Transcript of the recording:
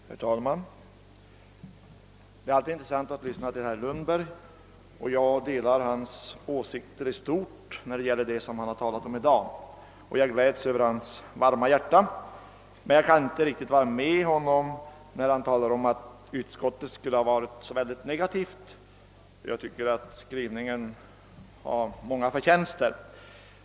Herr talman! Det är alltid intressant att lyssna till herr Lundberg, och jag delar i stort de åsikter han i dag framfört. Jag gläds över hans varma hjärta men jag kan inte riktigt hålla med om att utskottets skrivning skulle vara negativ. Jag tycker att den har många förtjänster.